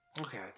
Okay